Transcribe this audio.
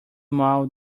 mow